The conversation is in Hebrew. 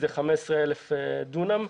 זה 15,000 דונם.